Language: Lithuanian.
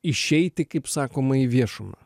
išeiti kaip sakoma į viešumą